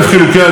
הסכמנו,